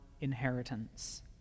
inheritance